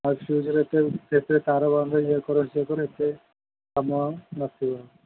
ଆଉ ଫ୍ୟୁଜ୍ରେ ଏତେ ଯେତେ ତାର ବାନ୍ଧିଲେ ବି ଇଏ କର ସିଏ କର ଏତେ କାମ ନ ଥିବ